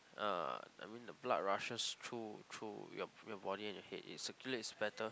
uh I mean the blood rushes through through your your body and your head it circulates better